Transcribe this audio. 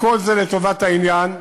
וכל זה לטובת העניין.